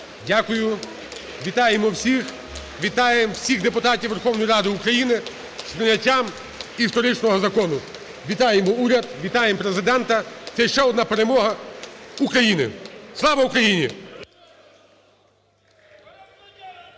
Дякую. Вітаємо всіх, вітаємо всіх депутатів Верховної Ради України з прийняттям історичного закону. Вітаємо уряд, вітаємо Президента. Це ще одна перемога України. Слава Україні!